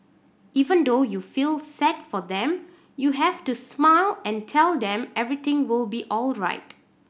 even though you feel sad for them you have to smile and tell them everything will be alright